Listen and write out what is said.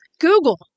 Google